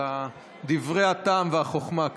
על דברי הטעם והחוכמה כאן.